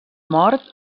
mort